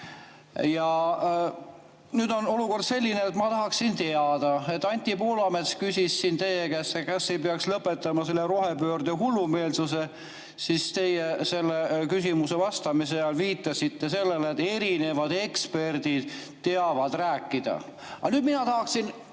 Nüüd on olukord selline, et ma tahaksin teada selle kohta. Kui Anti Poolamets küsis teie käest, kas ei peaks lõpetama seda rohepöörde hullumeelsust, siis teie sellele küsimusele vastates viitasite sellele, et erinevad eksperdid teavad rääkida. Aga nüüd mina tahaksin,